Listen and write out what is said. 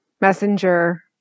messenger